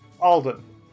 Alden